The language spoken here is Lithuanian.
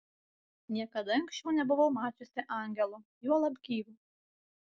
niekada anksčiau nebuvau mačiusi angelo juolab gyvo